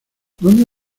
dónde